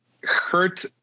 hurt